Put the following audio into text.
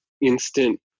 instant